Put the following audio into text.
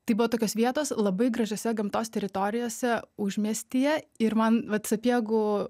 tai buvo tokios vietos labai gražiose gamtos teritorijose užmiestyje ir man vat sapiegų